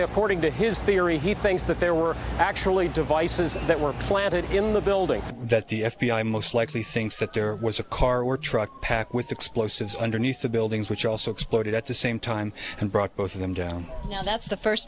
forty to his theory he thinks that there were actually devices that were planted in the building that the f b i most likely thinks that there was a car or truck packed with explosives underneath the buildings which also exploded at the same time and brought both of them down you know that's the first